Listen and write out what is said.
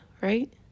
right